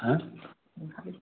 हो